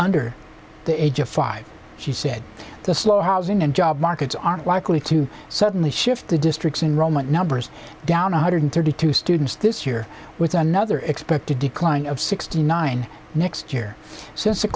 under the age of five she said the slow housing and job markets aren't likely to suddenly shifted districts in roman numbers down one hundred thirty two students this year with another expected decline of sixty nine next year since